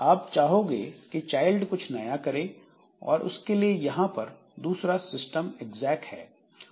आप चाहोगे कि चाइल्ड कुछ नया करें और उसके लिए यहां पर दूसरा सिस्टम एग्जैक है